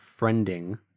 friending